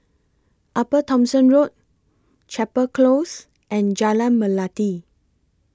Upper Thomson Road Chapel Close and Jalan Melati